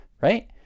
right